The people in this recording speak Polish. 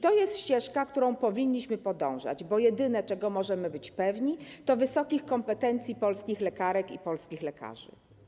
To jest ścieżka, którą powinniśmy podążać, bo jedyne, czego możemy być pewni, to wysokie kompetencje polskich lekarek i polskich lekarzy.